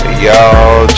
Y'all